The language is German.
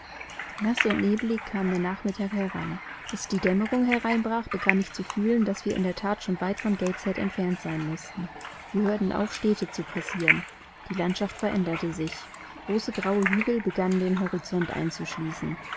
naß und nebelig kam der nachmittag heran als die dämmerung hereinbrach begann ich zu fühlen daß wir in der that schon weit von gateshead entfernt sein mußten wir hörten auf städte zu passieren die landschaft veränderte sich große graue hügel begannen den horizont einzuschließen